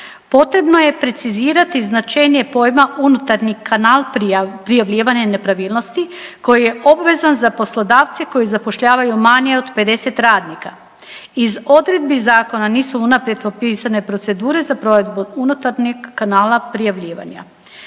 potrebno je precizirati značenje pojma unutarnji kanal prijavljivanja nepravilnosti koji je obvezan za poslodavce koji zapošljavaju manje od 50 radnika. Iz odredbi zakona nisu unaprijed propisane procedure za provedbu unutarnjeg kanala prijavljivanja.